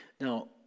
Now